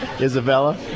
Isabella